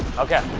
okay.